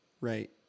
right